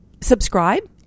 subscribe